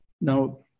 Now